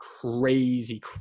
crazy